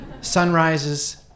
Sunrises